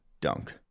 dunk